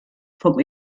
vom